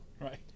Right